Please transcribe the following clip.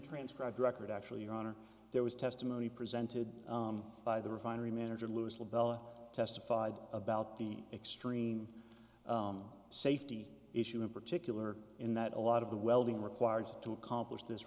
transcribed record actually your honor there was testimony presented by the refinery manager louis le bella testified about the extreme safety issue in particular in that a lot of the welding required to accomplish this